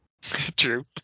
True